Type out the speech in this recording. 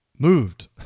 moved